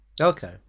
Okay